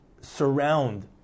surround